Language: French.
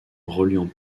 reliant